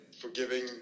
forgiving